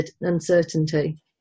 uncertainty